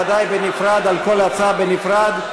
בוודאי על כל הצעה בנפרד.